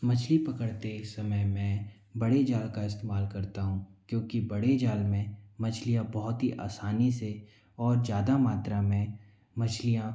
मछली पकड़ते एक समय में बड़ी जाल का इस्तेमाल करता हूँ क्योंकि बड़े जाल में मछलियां बहुत ही आसानी से और ज़्यादा मात्रा में मछलियां